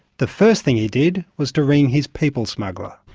the first thing he did was to ring his people smuggler.